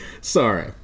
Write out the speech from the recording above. Sorry